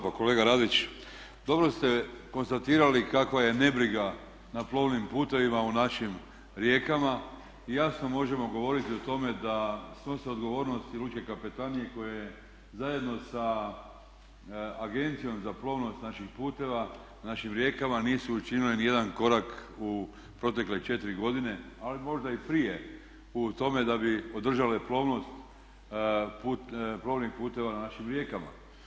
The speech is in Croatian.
Pa kolega Radić dobro ste konstatirali kako je nebriga na plovnim putevima u našim rijekama i jasno možemo govoriti o tome da snose odgovornost lučke kapetanije koje zajedno sa Agencijom za plovnost naših puteva našim rijekama nisu učinile nijedan korak u protekle 4 godine, ali možda i prije u tome da bi održale plovnost puteva na našim rijekama.